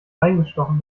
reingestochen